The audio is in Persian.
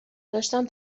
داشتم